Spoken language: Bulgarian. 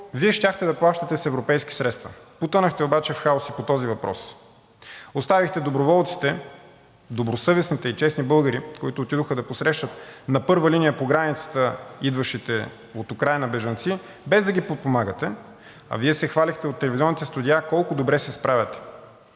Вие щяхте да плащате с европейски средства. Потънахте обаче в хаос по този въпрос. Оставихте доброволците – добросъвестните и честни българи, които отидоха да посрещат на първа линия по границата идващите от Украйна бежанци, без да ги подпомагате, а Вие се хвалехте от телевизионните студия колко добре се справяте.